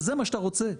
וזה מה שאתה רוצה.